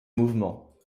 mouvement